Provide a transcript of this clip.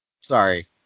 Sorry